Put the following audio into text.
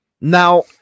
Now